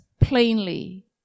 plainly